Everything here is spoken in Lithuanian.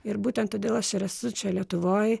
ir būtent todėl aš ir esu čia lietuvoj